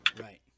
Right